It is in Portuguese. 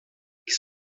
que